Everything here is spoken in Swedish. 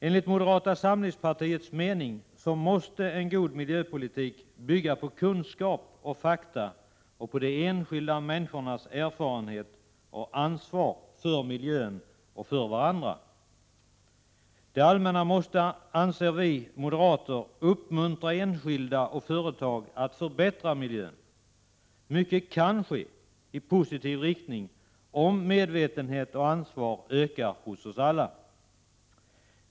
Enligt moderata samlingspartiets mening måste en god miljöpolitik bygga på kunskap och fakta och på de enskilda människornas erfarenhet och ansvar, för miljön och för varandra. Det allmänna måste, anser vi moderater, uppmuntra enskilda och företag att förbättra miljön. Mycket kan ske i positiv riktning om medvetenhet och ansvar ökar hos oss alla.